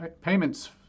payments